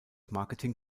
marketing